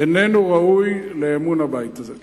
אינו ראוי לאמון הבית הזה.